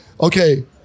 Okay